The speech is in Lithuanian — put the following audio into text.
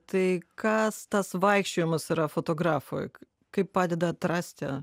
tai kas tas vaikščiojimas yra fotografui kaip padeda atrasti